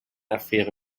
affäre